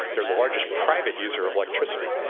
they're the largest private user of electricity.